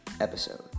episode